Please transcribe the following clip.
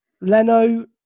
Leno